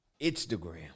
Instagram